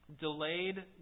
Delayed